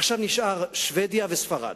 עכשיו נשארו שבדיה וספרד.